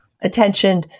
attention